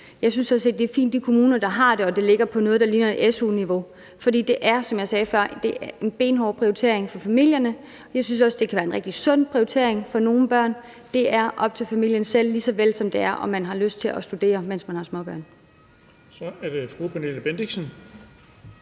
Jeg synes sådan set, det er fint i forhold til de kommuner, der har det, og at det ligger på noget, der ligner et su-niveau. For det er, som jeg sagde før, en benhård prioritering for familierne. Jeg synes også, det kan være en rigtig sund prioritering for nogle børn. Det er op til familien selv, lige så vel som det er, om man har lyst til at studere, mens man har småbørn. Kl. 18:29 Den fg. formand (Erling